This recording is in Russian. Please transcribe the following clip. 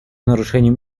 нарушением